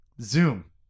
zoom